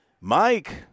Mike